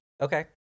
Okay